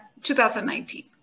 2019